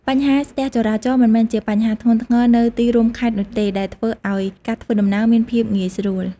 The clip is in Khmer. បញ្ហាស្ទះចរាចរណ៍មិនមែនជាបញ្ហាធ្ងន់ធ្ងរនៅទីរួមខេត្តនោះទេ ដែលធ្វើឱ្យការធ្វើដំណើរមានភាពងាយស្រួល។